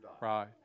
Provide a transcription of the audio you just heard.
Right